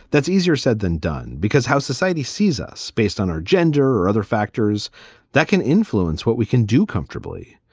that's easier said than done because how society sees us based on our gender or other factors that can influence what we can do comfortably.